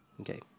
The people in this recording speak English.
Okay